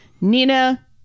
Nina